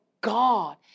God